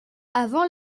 avant